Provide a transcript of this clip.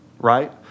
right